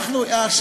למה זה לא קרה?